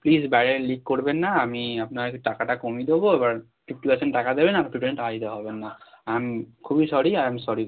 please বাইরে leak করবেন না আমি আপনার টাকাটা কমিয়ে দেবো এবার ফিফটি পারসেন্ট টাকা দেবেন আর পারসেন্ট টাকা দিতে হবে না আই অ্যাম খুবই সরি আই অ্যাম সরি